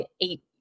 eight